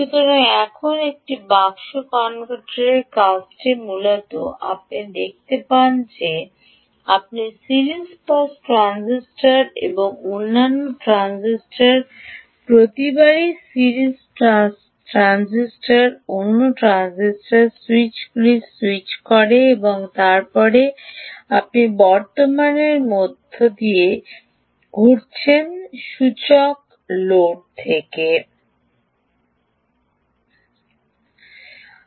সুতরাং এখন একটি বাক্স কনভার্টারের কাজটি মূলত আপনি দেখতে পান যে আপনি সিরিজ পাস ট্রানজিস্টর এবং অন্যান্য ট্রানজিস্টর প্রতিবারই সিরিজ ট্রান্স পাস ট্রানজিস্টর অন্য ট্রানজিস্টর সুইচগুলি স্যুইচ করে এবং তারপরে আপনি বর্তমানের মধ্য দিয়ে ঘুরছেন সূচক থেকে লোড এবং ফিরে লোড